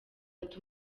ati